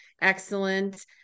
excellent